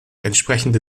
entsprechende